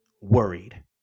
worried